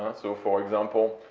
and so, for example,